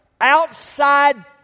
outside